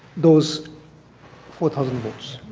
those four thousand votes.